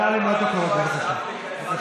נא למנות את הקולות, בבקשה.